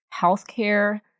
healthcare